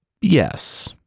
yes